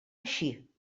així